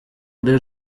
ari